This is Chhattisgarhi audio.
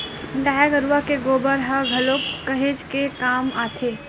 गाय गरुवा के गोबर ह घलोक काहेच के काम आथे